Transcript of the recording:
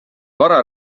vara